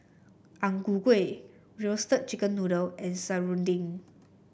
Ang Ku Kueh Roasted Chicken Noodle and Serunding